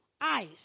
ice